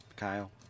Kyle